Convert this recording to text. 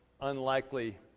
unlikely